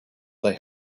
they